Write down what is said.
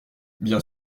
bien